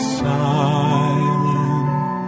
silent